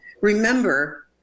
Remember